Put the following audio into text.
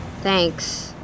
Thanks